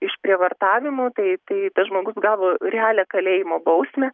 išprievartavimo tai tai tas žmogus gavo realią kalėjimo bausmę